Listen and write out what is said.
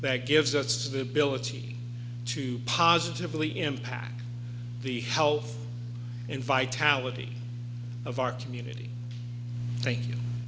that gives us the ability to positively impact the health and vitality of our community thank you